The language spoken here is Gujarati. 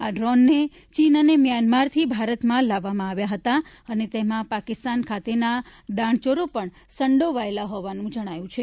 આ ડ્રોનને ચીન અને મ્યાનમારથી ભારતમાં લાવવામાં આવ્યા હતા અને તેમાં પાકિસ્તાન ખાતેના દાણચોરો પણ સંડોવાયેલા હોવાનું જણાયું છે